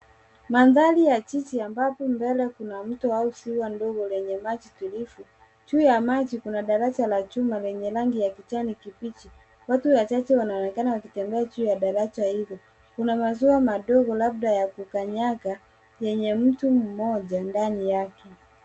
Mandhari ya jiji ambapo mbele kuna mto au ziwa ndogo lenye maji tulivu . Juu ya maji kuna daraja la chuma lenye rangi ya kijani kibichi. Watu wachache wanaonekana wakitembea juu ya daraja hilo. Kuna mashua ndogo labda ya kukanyaga, yenye mtu mmoja ndani yake.